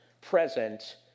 Present